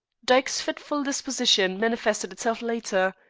dyke's fitful disposition manifested itself later.